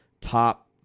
top